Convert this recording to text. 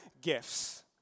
gifts